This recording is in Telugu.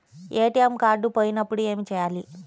ఏ.టీ.ఎం కార్డు పోయినప్పుడు ఏమి చేయాలి?